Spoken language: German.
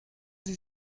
sie